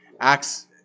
Acts